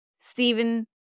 Stephen